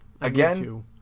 Again